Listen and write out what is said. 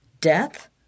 death